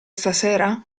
stasera